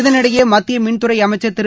இதனிடையே மத்திய மின்துறை அமைச்சர் திரு